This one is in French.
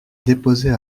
déposer